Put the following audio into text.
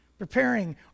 preparing